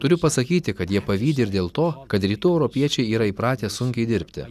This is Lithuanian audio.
turiu pasakyti kad jie pavydi ir dėl to kad rytų europiečiai yra įpratę sunkiai dirbti